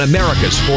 America's